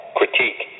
critique